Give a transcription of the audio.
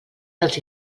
dels